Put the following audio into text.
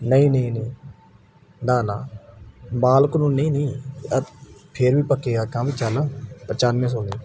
ਨਹੀਂ ਨਹੀਂ ਨਹੀਂ ਨਾ ਨਾ ਮਾਲਕ ਨੂੰ ਨਹੀਂ ਨਹੀਂ ਆ ਫਿਰ ਵੀ ਪੱਕੇ ਆ ਕੰਮ ਚੱਲ ਪਚਾਨਵੇਂ ਸੌ